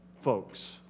folks